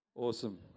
awesome